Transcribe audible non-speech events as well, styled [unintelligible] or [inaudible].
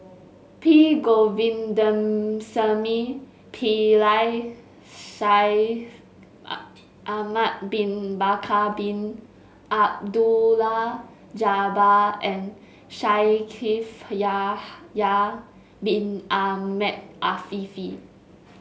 P Govindasamy Pillai Shaikh [unintelligible] Ahmad Bin Bakar Bin Abdullah Jabbar and Shaikh Yahya Bin Ahmed Afifi